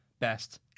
Best